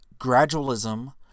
gradualism